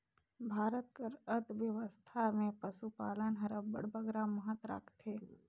भारत कर अर्थबेवस्था में पसुपालन हर अब्बड़ बगरा महत रखथे